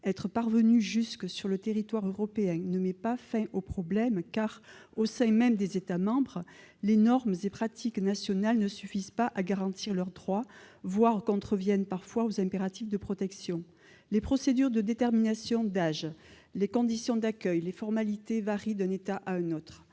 Être parvenus jusque sur le territoire européen ne met pas fin à leurs problèmes, car, au sein même des États membres, les normes et les pratiques nationales ne suffisent pas à garantir leurs droits, voire contreviennent parfois aux impératifs de protection. Les procédures de détermination d'âge, les conditions d'accueil, les formalités varient d'un État à un autre.